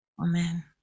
Amen